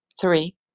Three